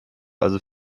also